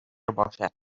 باشد